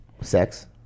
sex